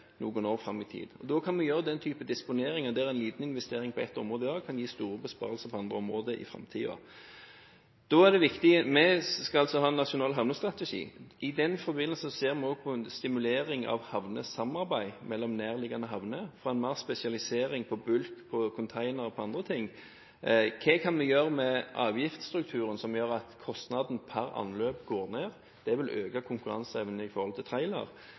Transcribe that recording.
noen år fram i tid? Da kan vi gjøre den type disponeringer der en liten investering på ett område i dag kan gi store besparelser på andre områder i framtiden. Vi skal ha en nasjonal havnestrategi. I den forbindelse ser vi også på stimulering av havnesamarbeid mellom nærliggende havner for mer spesialisering på bulk, på container og på andre ting. Hva kan vi gjøre med avgiftsstrukturen slik at kostnaden per anløp går ned? Det vil øke konkurranseevnen i forhold til